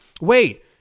Wait